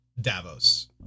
Davos